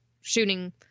shooting